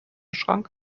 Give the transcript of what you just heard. schrank